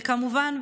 וכמובן,